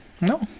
no